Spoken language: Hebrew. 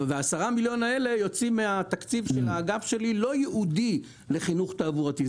10 מיליון האלה יוצאים מהתקציב של האגף שלי לא ייעודי לחינוך תעבורתי.